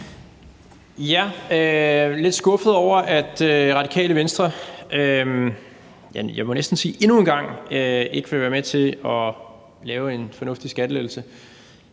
er lidt skuffet over, at Radikale Venstre, jeg må næsten sige endnu en gang, ikke vil være med til at lave en fornuftig skattelettelse.